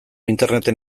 interneten